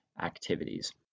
activities